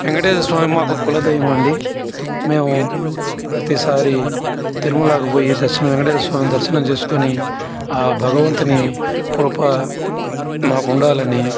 వెంకటేశ్వర స్వామి మాకు కుల దైవం అండి మేము ప్రతిసారి తిరుమలకు పోయి దర్శనము వెంకటేశ్వర స్వామి దర్శనం చేసుకుని ఆ భగవంతుని కృప మాకు ఉండాలని